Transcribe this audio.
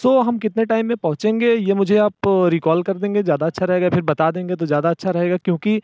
सो हम कितने टाइम में पहुँचेंगे यह मुझे आप रिकॉल कर देंगे ज़्यादा अच्छा रहेगा फिर बता देंगे तो ज़्यादा अच्छा रहेगा क्योंकि